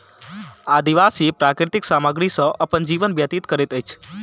आदिवासी प्राकृतिक सामग्री सॅ अपन जीवन व्यतीत करैत अछि